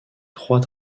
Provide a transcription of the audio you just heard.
trois